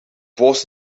bos